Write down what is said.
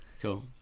Cool